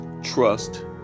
Trust